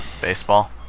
Baseball